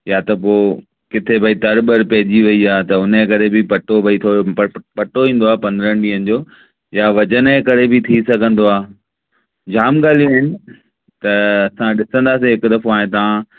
या त पोइ किथे भई ॾर ॿर पइजी वई आहे त हुनजे करे बि पटो भई थोरो पटो ईंदो आहे पंद्रहं ॾींहंनि जो या वज़न जे करे बि थी सघंदो आहे जाम ॻाल्हियूं आहिनि त असां ॾिसंदासीं हिकु दफ़ो हाणे तव्हां